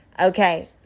Okay